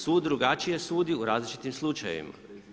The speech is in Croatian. Sud drugačije sudi u različitim slučajevima.